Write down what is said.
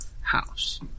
house